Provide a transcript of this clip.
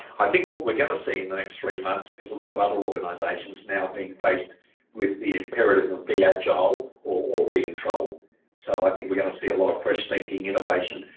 i think what we're gonna see in the next three months is a lot of other organisations now being faced with the imperative of be agile or be in trouble so i think we're going to see a lot of fresh thinking, innovation,